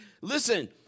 Listen